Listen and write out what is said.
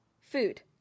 food